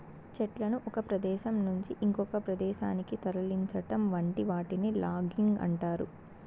చెట్లను ఒక ప్రదేశం నుంచి ఇంకొక ప్రదేశానికి తరలించటం వంటి వాటిని లాగింగ్ అంటారు